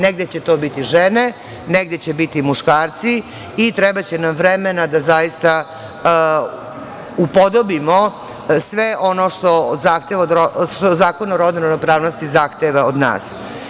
Negde će to biti žene, negde će biti muškarci i trebaće nam vremena da zaista upodobimo sve ono što Zakon o rodnoj ravnopravnosti zahteva od nas.